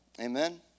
Amen